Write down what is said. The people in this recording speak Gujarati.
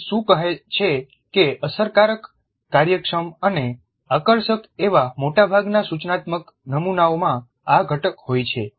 મેરિલ શું કહે છે કે અસરકારક કાર્યક્ષમ અને આકર્ષક એવા મોટાભાગના સૂચનાત્મક નમૂનાઓમાં આ ઘટક હોય છે